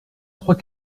trois